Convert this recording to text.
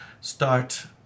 start